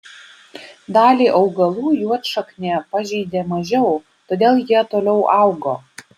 dalį augalų juodšaknė pažeidė mažiau todėl jie toliau augo